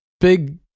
big